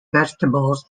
vegetables